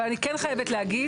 אבל אני כן חייבת להגיד,